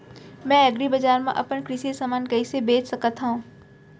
मैं एग्रीबजार मा अपन कृषि समान कइसे बेच सकत हव?